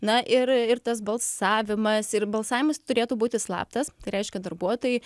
na ir ir tas balsavimas ir balsavimas turėtų būti slaptas tai reiškia darbuotojai